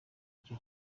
icyo